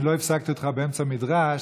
אני לא הפסקתי אותך באמצע מדרש,